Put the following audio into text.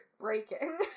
Breaking